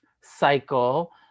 cycle